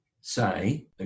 say